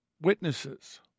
Witnesses